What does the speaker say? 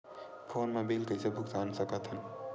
Phone मा bill कइसे भुक्तान साकत हन?